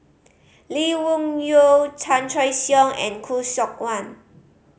Lee Wung Yew Chan Choy Siong and Khoo Seok Wan